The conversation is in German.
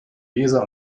weser